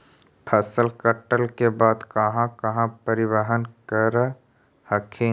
फसल कटल के बाद कहा कहा परिबहन कर हखिन?